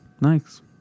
nice